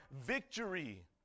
victory